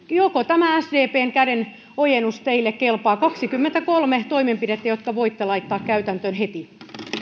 joko tämä sdpn kädenojennus teille kelpaa kaksikymmentäkolme toimenpidettä jotka voitte laittaa käytäntöön heti